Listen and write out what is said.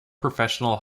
professional